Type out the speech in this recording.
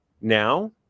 now